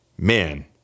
Man